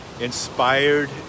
inspired